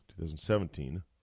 2017